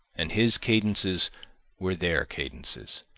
and his cadences were their cadences,